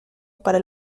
para